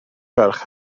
ferch